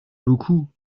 beaucoup